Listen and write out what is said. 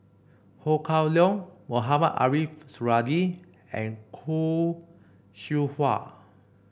Ho Kah Leong Mohamed Ariff Suradi and Khoo Seow Hwa